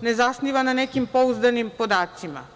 ne zasniva na nekim pouzdanim podacima.